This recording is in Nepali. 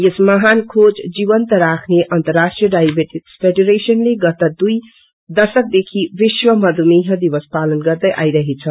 यस महान खोज जीवन्त राख्ने अर्न्तराष्ट्रिय डायबेटिक फेडेरेशन ले गत दुई दशकदेखि विश्व मधुमेह दिवस पालन गर्दै आईरहेछ